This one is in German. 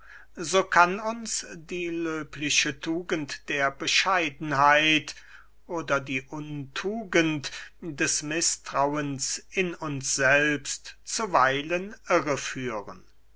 so kann uns die löbliche tugend der bescheidenheit oder die untugend des mißtrauens in uns selbst zuweilen